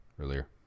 earlier